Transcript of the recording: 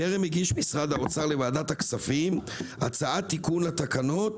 טרם הגיש משרד האוצר לוועדת הכספים הצעת תיקון לתקנות,